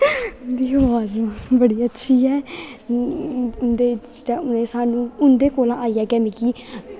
उं'दी अवाज बड़ी अच्छी ऐ उं'दे कोल आइयै गै मिगी